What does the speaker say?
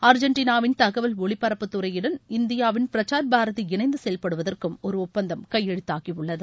அர்ஜெண்டீனாவின் தகவல் த ஒலிபரப்பு துறையிடன் இந்தியாவின் பிரஸார் பாரதி இணைந்து செயல்படுவதற்கும் ஒரு ஒப்பந்தம் கையெழுத்தாகியுள்ளது